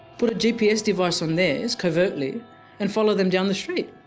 put a gps device on theirs covertly and follow them down the street.